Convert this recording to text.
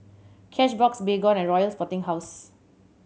Cashbox Baygon and Royal Sporting House